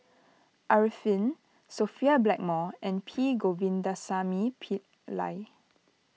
Arifin Sophia Blackmore and P Govindasamy Pillai